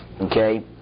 okay